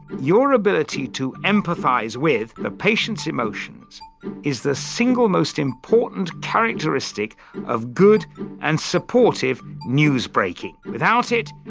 your ability to empathize with the patient's emotions is the single most important characteristic of good and supportive news breaking. without it,